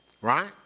Right